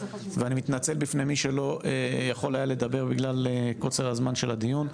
אני מתנצלת בפני מי שלא יכול היה לדבר בגלל קוצר הזמן של הדיון.